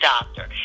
doctor